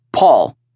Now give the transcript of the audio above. Paul